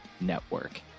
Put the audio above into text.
network